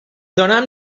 donem